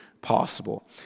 possible